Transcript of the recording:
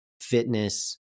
fitness